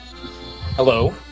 Hello